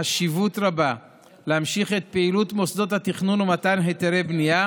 קיימת חשיבות רבה להמשיך את פעילות מוסדות התכנון ומתן היתרי הבנייה